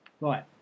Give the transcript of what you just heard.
Right